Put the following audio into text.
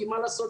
כי מה לעשות,